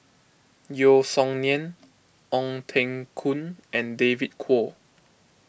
Yeo Song Nian Ong Teng Koon and David Kwo